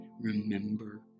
remember